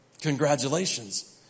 congratulations